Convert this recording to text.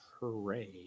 hooray